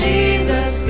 Jesus